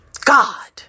God